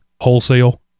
wholesale